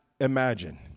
imagine